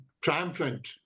triumphant